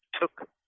took